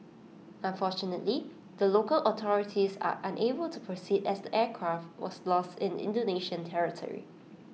unfortunately the local authorities are unable to proceed as the aircraft was lost in Indonesia territory